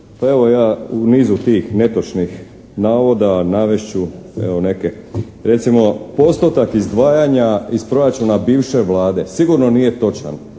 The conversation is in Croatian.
Pa evo ja u nizu tih netočnih navoda, navest ću evo neke. Recimo postotak izdvajanja iz proračuna bivše Vlade sigurno nije točan,